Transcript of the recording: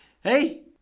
Hey